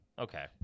Okay